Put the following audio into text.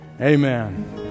amen